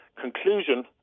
conclusion